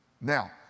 Now